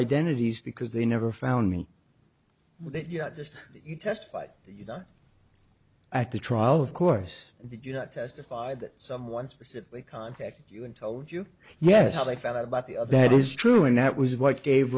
identities because they never found me with it yet just you testified at the trial of course did you not testify that someone specifically contact you and told you yes how they found out about the of that is true and that was what gave